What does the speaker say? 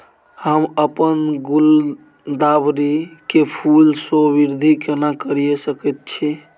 हम अपन गुलदाबरी के फूल सो वृद्धि केना करिये सकेत छी?